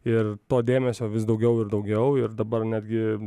ir to dėmesio vis daugiau ir daugiau ir dabar netgi